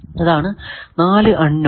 ഇതാണ് 4 അൺ നോൺ